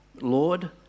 lord